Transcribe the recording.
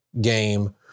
game